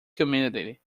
community